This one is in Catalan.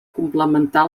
complementar